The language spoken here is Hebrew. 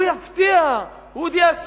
הוא יפתיע, הוא עוד יעשה.